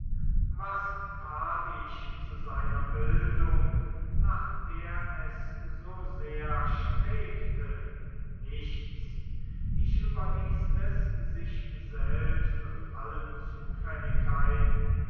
was tat ich zu seiner bildung nach der es so sehr strebte nichts ich überließ es sich selbst und allen